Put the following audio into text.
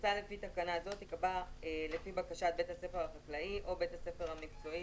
מכסה לפי תקנה זו תיקבע לפי בקשת בית הספר החקלאי או בית הספר המקצועי,